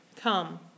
come